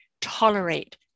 tolerate